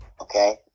Okay